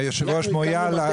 היו"ר מויאל,